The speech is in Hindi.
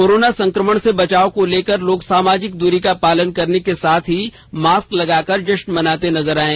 कोरोना संक्रमण से बचाव को लेकर लोग सामाजिक दृरी का पालन करने के साथ ही मास्क लगाकर जष्न मनाते नजर आये